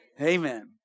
amen